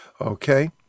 okay